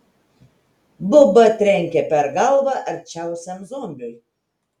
buba trenkė per galvą arčiausiam zombiui